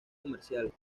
comerciales